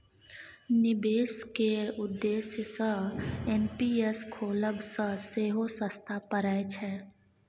निबेश केर उद्देश्य सँ एन.पी.एस खोलब सँ सेहो सस्ता परय छै